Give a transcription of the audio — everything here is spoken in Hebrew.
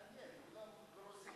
מעניין, כולם גרוזינים.